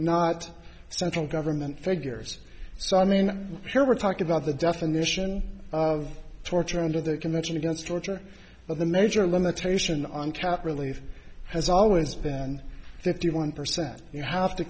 not central government figures so i mean here we're talking about the definition of torture under the convention against torture but the major limitation on tat really has always been fifty one percent you have to